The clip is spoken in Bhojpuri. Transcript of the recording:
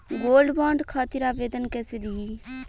गोल्डबॉन्ड खातिर आवेदन कैसे दिही?